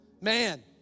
man